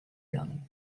l’homme